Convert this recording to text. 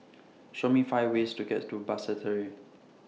Show Me five ways to get to Basseterre